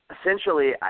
Essentially